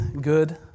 good